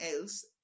else